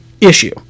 issue